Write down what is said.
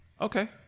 okay